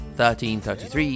1333